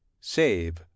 save